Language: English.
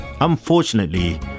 unfortunately